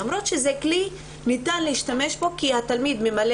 למרות שזה כלי שניתן להשתמש בו כי התלמיד ממלא